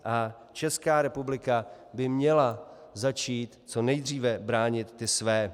A Česká republika by měla začít co nejdříve začít bránit ty své.